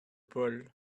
paul